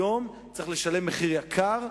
היום צריך לשלם מחיר יקר,